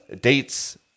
dates